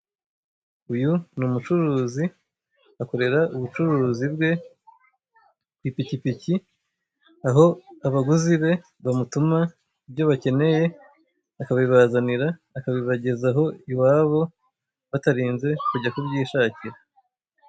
Uyu ni umucuruzi akorera ubucuruzi bwe ku ipikipiki, aho abaguzi be mamutuma ibyo bakeneye akabibazanira, akabibagezaho iwabo batarinze kujya kubyishakira.